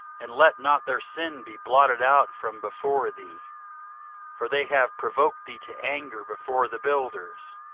and let not their sin be blotted out from before thee for they have provoked thee to anger before the builders.